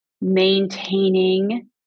maintaining